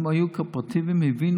הם היו קואופרטיביים, הם הבינו